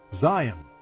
Zion